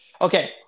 Okay